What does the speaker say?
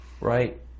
right